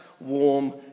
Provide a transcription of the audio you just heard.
warm